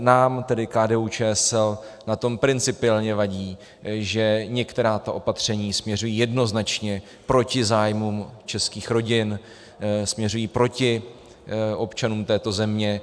Nám, tedy KDUČSL, na tom principiálně vadí, že některá ta opatření směřují jednoznačně proti zájmům českých rodin, směřují proti občanům této země.